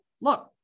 Look